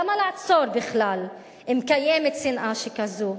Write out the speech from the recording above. למה לעצור בכלל אם קיימת שנאה שכזו?